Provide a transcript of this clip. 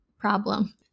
problem